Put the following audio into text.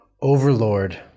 overlord